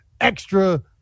extra